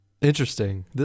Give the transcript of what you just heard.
Interesting